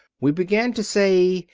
we began to say,